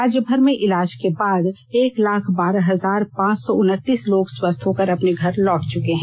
राज्य भर में इलाज के बाद एक लाख बारह हजार पांच सौ उनतीस लोग स्वस्थ होकर अपने घर लौट चुके हैं